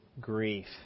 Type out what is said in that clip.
Grief